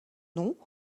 nom